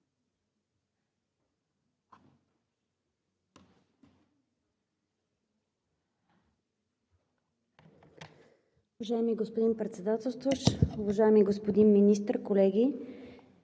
Уважаеми господин Председателстващ, уважаеми господин Министър, колеги!